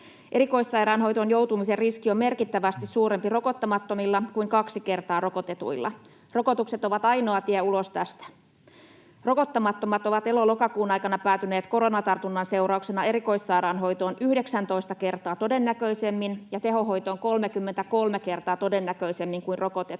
Erikoissairaanhoitoon joutumisen riski on merkittävästi suurempi rokottamattomilla kuin kaksi kertaa rokotetuilla. Rokotukset ovat ainoa tie ulos tästä. Rokottamattomat ovat elo—lokakuun aikana päätyneet koronatartunnan seurauksena erikoissairaanhoitoon 19 kertaa todennäköisemmin ja tehohoitoon 33 kertaa todennäköisemmin kuin rokotetut.